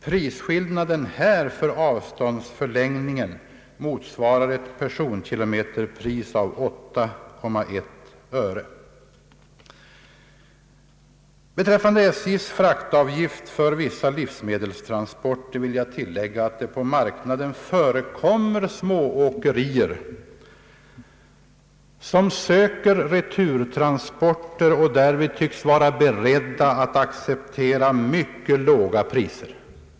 Priskillnaden för avståndsförlängningen motsvarar ett personkilometerpris av 8,1 öre. Beträffande SJ:s fraktavgift för vissa livsmedelstransporter vill jag tillägga att det på marknaden förekommer små åkerier som söker returtransporter och därvid tycks vara beredda att ac ceptera mycket låga priser.